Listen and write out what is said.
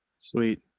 sweet